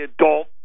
adult